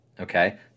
okay